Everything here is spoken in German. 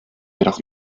jedoch